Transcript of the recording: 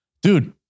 Dude